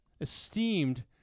esteemed